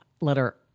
letter